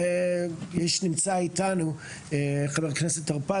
נמצא איתנו חבר הכנסת טור פז,